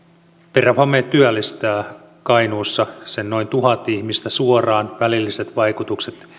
terrafame työllistää kainuussa sen noin tuhat ihmistä suoraan välilliset vaikutukset